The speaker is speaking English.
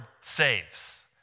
saves